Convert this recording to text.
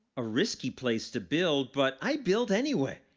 a risky place to build, but i built anyway.